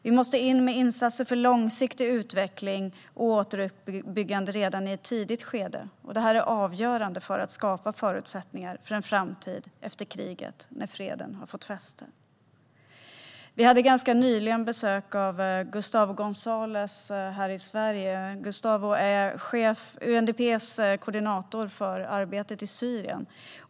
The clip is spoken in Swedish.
Vi måste göra insatser för långsiktig utveckling och återuppbyggande redan i ett tidigt skede. Detta är avgörande för att skapa förutsättningar för en framtid efter kriget när freden har fått fäste. Nyligen hade vi besök av Gustavo Gonzales i Sverige. Gustavo är UNDP:s koordinator för arbetet i Syrien.